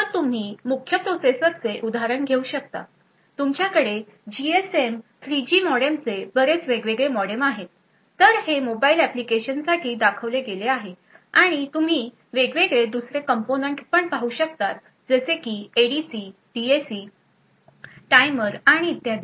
तर तुम्ही मुख्य प्रोसेसरचे उदाहरण घेऊ शकता तुमच्याकडे जीएसएम 3G जी मॉडेमचे बरेच वेगवेगळे मॉडेम आहेत तर हे मोबाइल ऍप्लिकेशनसाठी दाखवले गेले आहे आणि तुम्ही वेगवेगळे दुसरे कंपोनेंट पण पाहू शकतात जसे की एडीसी डिएसी टाइमर आणि इत्यादी